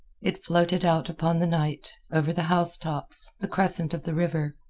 it floated out upon the night, over the housetops, the crescent of the river,